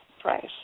price